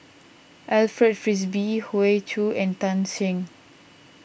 Alfred Frisby Hoey Choo and Tan Shen